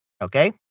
Okay